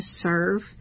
serve